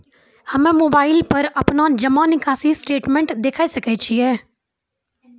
हम्मय मोबाइल पर अपनो जमा निकासी स्टेटमेंट देखय सकय छियै?